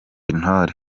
intore